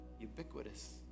ubiquitous